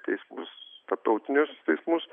teismus tarptautinius teismus